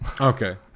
Okay